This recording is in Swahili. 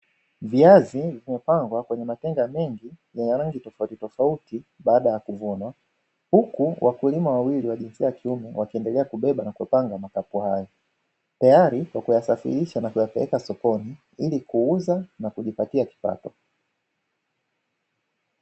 Viazi vimepangwa kwenye matenga mengi yenye rangi tofauti tofauti baada ya kuvunwa, huku wakulima wawili wa jinsia ya kiume wakiendelea kubeba na kupanga makapu hayo tayari kwa kuyasafirisha na kuyapeleka sokoni ili kuuza na kujipatia kipato.